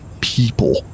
people